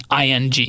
ing